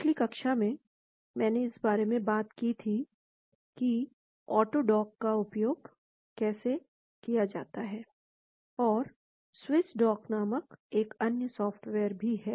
पिछली कक्षा में मैंने इस बारे में बात की थी कि ऑटो डॉक का उपयोग कैसे किया जाता है और स्विस डॉक नामक एक अन्य सॉफ्टवेयर भी है